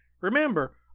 Remember